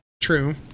True